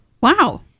wow